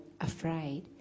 afraid